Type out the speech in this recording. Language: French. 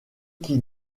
qui